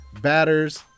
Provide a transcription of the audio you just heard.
batters